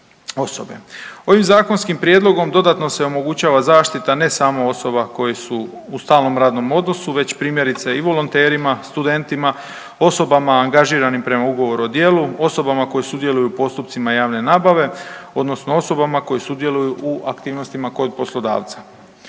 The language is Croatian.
Ovim zakonskim prijedlogom dodatno se omogućava zaštita ne samo osoba koje su u stalnom radnom odnosu već primjerice i volonterima, studentima, osobama angažiranim prema ugovoru o djelu, osobama koje sudjeluju u postupcima javne nabave, odnosno osobama koje sudjeluju u aktivnostima kod poslodavca.